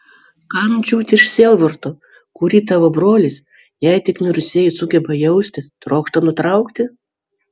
kam džiūti iš sielvarto kurį tavo brolis jei tik mirusieji sugeba jausti trokšta nutraukti